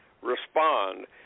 respond